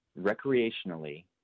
recreationally